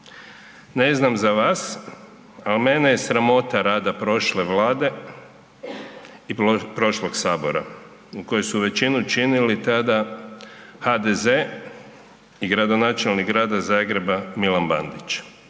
Ne znam za vas, ali mene je sramota rada prošle Vlade i prošlog Sabora koje su većinu činili tada HDZ i gradonačelnik Grada Zagreba Milan Bandić